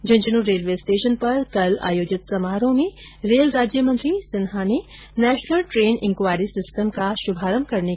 Jhunjhunu railway station पर कल आयोजित समारोह में रेल राज्य मंत्री सिन्हा ने नेशनल ट्रेन इन्क्वायरी सिस्टम का शुभारम्म किया